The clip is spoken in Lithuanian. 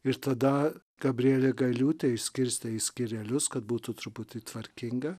ir tada gabrielė gailiūtė išskirstė į skyrelius kad būtų truputį tvarkinga